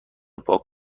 پاک